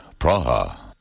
Praha